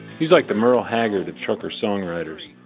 he's like the merle haggard of trucker-songwriters,